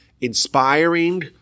inspiring